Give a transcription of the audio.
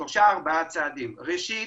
שלושה, ארבעה צעדים: ראשית,